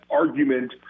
argument